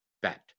Bet